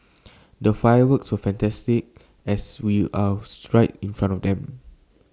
the fireworks were fantastic as we were right in front of them